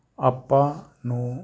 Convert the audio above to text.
ਆਪਾਂ ਨੂੰ